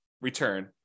return